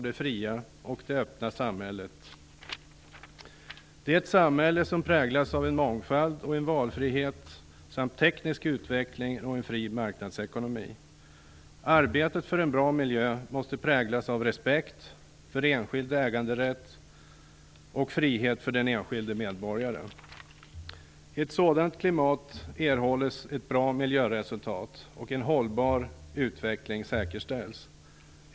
Det är ett samhälle som präglas av mångfald och valfrihet samt teknisk utveckling och en fri marknadsekonomi. Arbetet för en bra miljö måste präglas av respekt för enskild äganderätt och frihet för den enskilde medborgaren. I ett sådant klimat erhålls ett bra miljöresultat och en hållbar utveckling säkerställs.